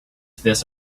this